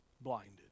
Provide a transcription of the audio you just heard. Blinded